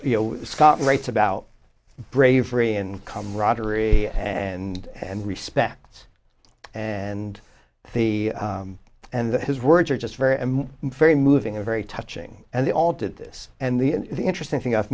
know scott writes about bravery and camaraderie and and respects and he and his words are just very very moving a very touching and they all did this and the and the interesting thing i've